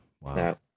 wow